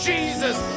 Jesus